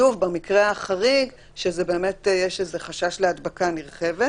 שוב במקרה החריג, שיש איזה חשש להדבקה נרחבת.